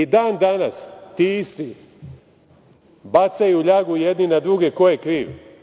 Dan danas ti isti bacaju ljagu jedni na druge ko je kriv.